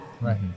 Right